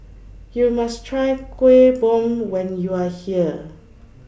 YOU must Try Kueh Bom when YOU Are here